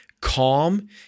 calm